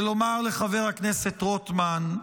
ולומר לחבר הכנסת רוטמן,